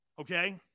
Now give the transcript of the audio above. Okay